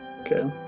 Okay